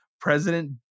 president